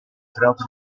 propri